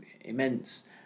immense